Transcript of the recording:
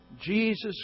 Jesus